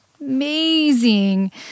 amazing